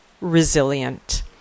resilient